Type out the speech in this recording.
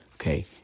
okay